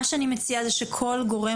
מה שאני מציעה זה שכל גורם,